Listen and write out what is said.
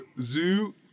Zoo